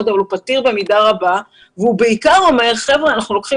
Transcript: אבל הוא פתיר במידה רבה והוא בעיקר אומר שאנחנו לוקחים